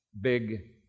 big